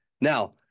Now